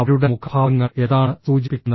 അവരുടെ മുഖഭാവങ്ങൾ എന്താണ് സൂചിപ്പിക്കുന്നത്